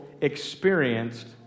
experienced